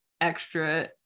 extra